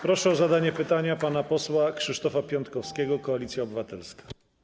Proszę o zadanie pytania pana posła Krzysztofa Piątkowskiego, Koalicja Obywatelska.